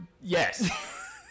yes